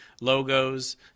logos